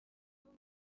soon